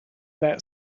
that